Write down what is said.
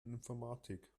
informatik